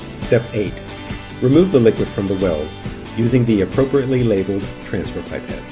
step eight remove the liquid from the wells using the appropriately labeled transfer pipette.